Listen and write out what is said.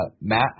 Matt